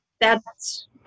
thats